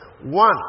One